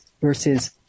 versus